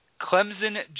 Clemson